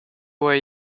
where